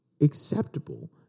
acceptable